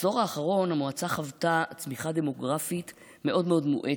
בעשור האחרון המועצה חוותה צמיחה דמוגרפית מאוד מאוד מואצת,